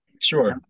Sure